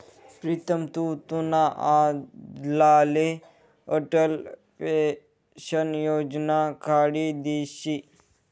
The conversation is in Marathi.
प्रीतम तु तुना आज्लाले अटल पेंशन योजना काढी दिशी